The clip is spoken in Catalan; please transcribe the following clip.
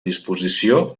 disposició